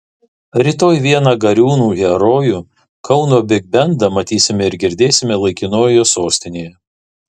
rytoj vieną gariūnų herojų kauno bigbendą matysime ir girdėsime laikinojoje sostinėje